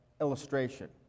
illustration